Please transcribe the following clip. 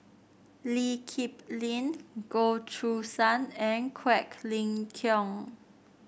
Lee Kip Lin Goh Choo San and Quek Ling Kiong